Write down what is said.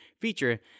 feature